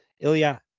Ilya